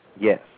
Yes